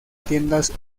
tiendas